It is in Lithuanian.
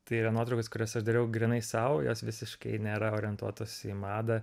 tai yra nuotraukos kurias aš dariau grynai sau jos visiškai nėra orientuotos į madą